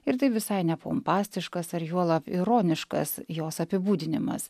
ir tai visai ne pompastiškas ar juolab ironiškas jos apibūdinimas